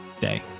day